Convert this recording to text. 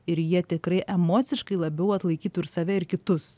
ir jie tikrai emociškai labiau atlaikytų ir save ir kitus